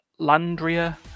Landria